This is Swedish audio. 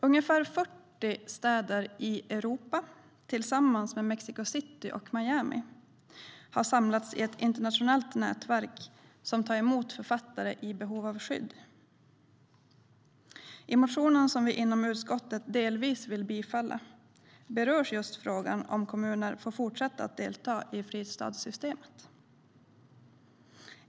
Ungefär 40 städer i Europa, tillsammans med Mexico City och Miami, har samlats i ett internationellt nätverk som tar emot författare i behov av skydd. I motionen som vi inom utskottet delvis vill bifalla berörs just frågan om kommuner får fortsätta att delta i fristadssystemet.